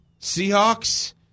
Seahawks